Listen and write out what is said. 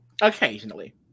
occasionally